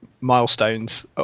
milestones